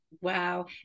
Wow